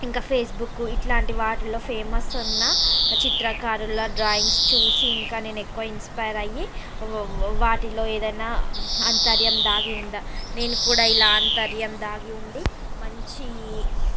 ఇంకా ఫేసుబుక్ ఇట్లాంటి వాటిల్లో ఫేమస్ ఉన్న చిత్రకారుల డ్రాయింగ్స్ చూసి ఇంకా నేనెక్కువ ఇన్స్పైర్ అయ్యి వాటిలో ఏదైనా అంతర్యం దాగి ఉందా నేను కూడా ఇలా అంతర్యం దాగి ఉండి మంచి